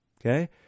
okay